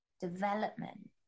development